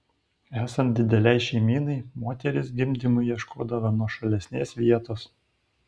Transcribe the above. esant didelei šeimynai moterys gimdymui ieškodavo nuošalesnės vietos